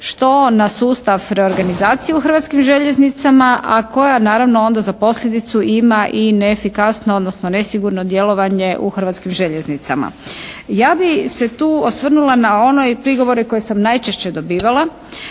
što na sustav reorganizacije u Hrvatskim željeznicama a koja naravno onda za posljedicu ima i neefikasno odnosno nesigurno djelovanje u Hrvatskim željeznicama. Ja bih se tu osvrnula na one prigovore koje sam najčešće dobivala